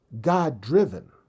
God-driven